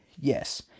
yes